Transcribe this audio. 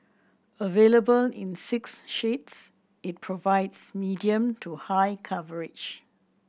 available in six shades it provides medium to high coverage